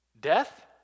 Death